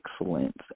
excellence